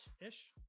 ish